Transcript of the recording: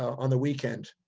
on the weekend.